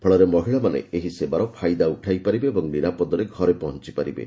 ଫଳରେ ମହିଳାମାନେ ଏହି ସେବାର ଫାଇଦା ଉଠାଇପାରିବେ ଏବଂ ନିରାପଦରେ ଘରେ ପହଞ୍ଚପାରିବେ